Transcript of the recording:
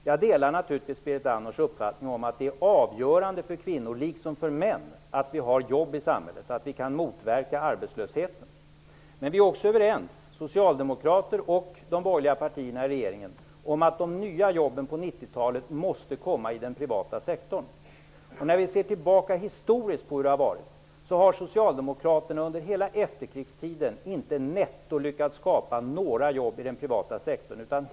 Jag delar naturligtvis Berit Andnors uppfattning att det är avgörande för kvinnor liksom för män att det finns jobb i samhället och att vi kan motverka arbetslösheten. Socialdemokraterna och de borgerliga partierna i regeringen är överens om att de nya jobben på 90-talet måste skapas i den privata sektorn. Historiskt kan vi se att socialdemokraterna under hela efterkrigstiden inte netto lyckades skapa några jobb i den privata sektorn.